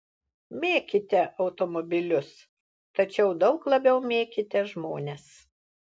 mėkite automobilius tačiau daug labiau mėkite žmones